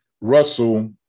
russell